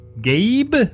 Gabe